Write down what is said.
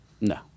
No